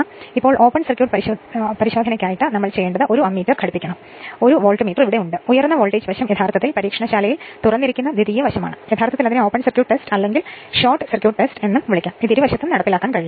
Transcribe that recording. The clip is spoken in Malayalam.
ഇപ്പോൾ ഓപ്പൺ സർക്യൂട്ട് പരിശോധനയ്ക്കായി നമ്മൾ ചെയ്യേണ്ടത് 1 അമീറ്റർ ഘടിപ്പിക്കേണ്ടതായി ഉണ്ട് 1 വോൾട്ട്മീറ്റർ ഇവിടെ ഉണ്ട് ഉയർന്ന വോൾട്ടേജ് വശം യഥാർത്ഥത്തിൽ പരീക്ഷണശാലയിൽ തുറന്നിരിക്കുന്ന ദ്വിതീയ വശമാണ് യഥാർത്ഥത്തിൽ അതിന്റെ ഓപ്പൺ സർക്യൂട്ട് ടെസ്റ്റ് അല്ലെങ്കിൽ ഷോർട്ട് സർക്യൂട്ട് ടെസ്റ്റ് ഇത് ഇരുവശത്തും നടപ്പിലാക്കാൻ കഴിയും